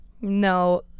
No